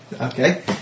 Okay